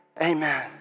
amen